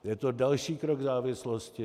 Je to další krok k závislosti.